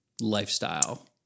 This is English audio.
lifestyle